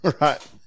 Right